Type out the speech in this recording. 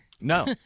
No